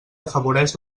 afavoreix